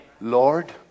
Lord